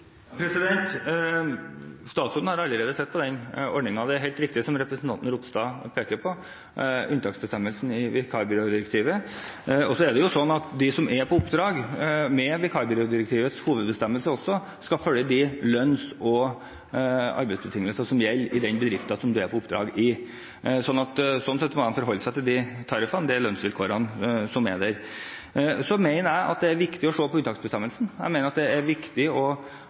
Statsråden har allerede sett på den ordningen, og det er helt riktig det som representanten Ropstad peker på når det gjelder unntaksbestemmelsen i vikarbyrådirektivet. De som er på oppdrag etter vikarbyrådirektivets hovedbestemmelse, skal følge de lønns- og arbeidsbetingelser som gjelder i den bedriften som de er på oppdrag i. Så de må forholde seg til de tariffene og de lønnsvilkårene som er der. Jeg mener at det er viktig å se på unntaksbestemmelsen. Jeg mener det er viktig å